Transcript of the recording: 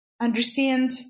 understand